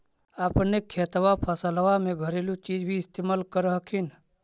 अपने खेतबा फसल्बा मे घरेलू चीज भी इस्तेमल कर हखिन?